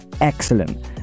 excellent